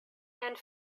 and